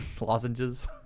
Lozenges